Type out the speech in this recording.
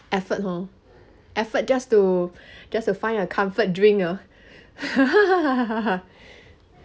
effort hor effort just to just to find a comfort drink uh